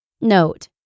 Note